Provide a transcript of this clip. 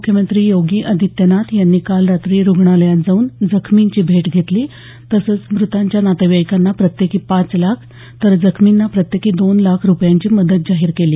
मुख्यमंत्री योगी आदित्यनाथ यांनी काल रात्री रुग्णालयात जाऊन जखमींची भेट घेतली तसंच मृतांच्या नातेवाईकांना प्रत्येकी पाच लाख तर जखमींना प्रत्येकी दोन लाख रुपयांची मदत जाहीर केली